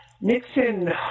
Nixon